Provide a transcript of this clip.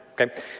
Okay